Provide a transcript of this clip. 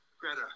Greta